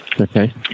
okay